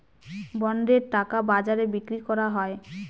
বন্ডের টাকা বাজারে বিক্রি করা হয়